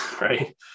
right